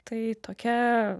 tai tokia